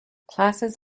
classes